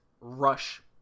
rush